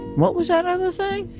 what was that other thing?